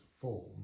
form